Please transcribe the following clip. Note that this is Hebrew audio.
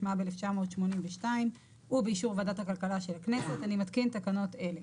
התשמ"ב 1982 ובאישור וועדת הכלכלה של הכנסת אני מתקין תקנות אלה: